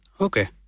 Okay